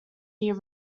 year